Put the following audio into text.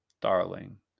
darling